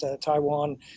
Taiwan